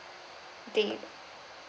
date